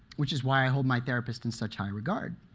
which is why i hold my therapist in such high regard.